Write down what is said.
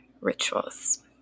rituals